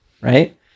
right